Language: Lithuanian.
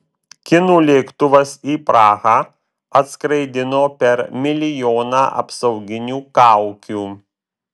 kinų lėktuvas į prahą atskraidino per milijoną apsauginių kaukių